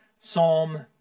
Psalm